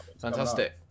Fantastic